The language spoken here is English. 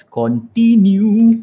continue